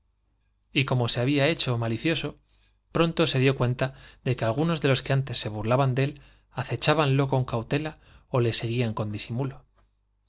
y como se había hecho malicioso pronto se dió cuenta de que algunos de los que antes se burlaban de él acechábanlo con cautela ó le seguían con disi